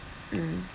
mm